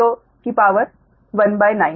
तो की शक्ति 19